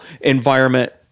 environment